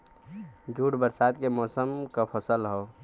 jute बरसात के मौसम क फसल हौ